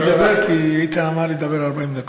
אני אדבר, כי היא תיאמה לי לדבר 40 דקות.